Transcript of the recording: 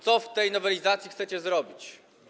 Co w tej nowelizacji chcecie zrobić?